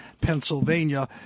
Pennsylvania